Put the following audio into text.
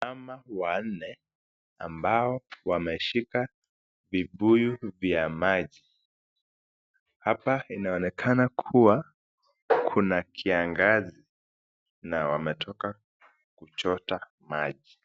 Mama wanne ambao wameshika vibuyu vya maji. Hapa inaonekana kuwa kuna kiangazi na wametoka kuchota maji.